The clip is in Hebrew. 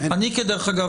דרך אגב,